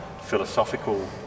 philosophical